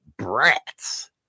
brats